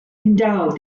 endowed